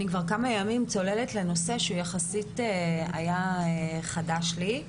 אני כבר כמה ימים צוללת לנושא שהוא יחסית היה חדש לי,